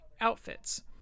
outfits